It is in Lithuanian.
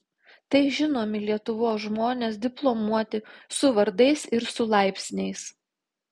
tai žinomi lietuvos žmonės diplomuoti su vardais ir su laipsniais